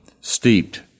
steeped